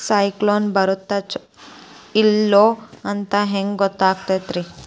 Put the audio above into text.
ಸೈಕ್ಲೋನ ಬರುತ್ತ ಇಲ್ಲೋ ಅಂತ ಹೆಂಗ್ ಗೊತ್ತಾಗುತ್ತ ರೇ?